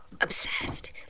obsessed